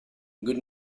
good